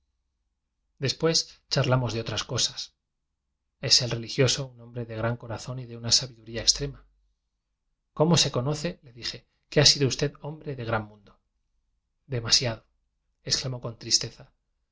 después charlamos de otras cosas es e religioso un hombre de gran corazón y de una sabiduría extrema cómo se conoce le dijeque ha sido usted hombre de gran mundo demasiado exclamó con tristeza